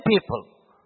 people